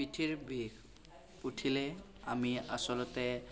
পিঠিৰ বিষ উঠিলে আমি আচলতে